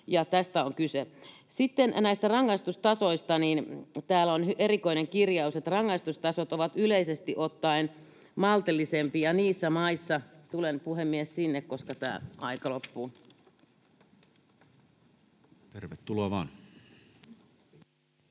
tästä on kyse. Sitten näistä rangaistustasoista. Täällä on erikoinen kirjaus, että ”rangaistustasot ovat yleisesti ottaen maltillisempia niissä maissa...” — Tulen, puhemies, sinne, koska tämä aika loppuu. [Puhuja